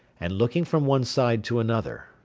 and looking from one side to another.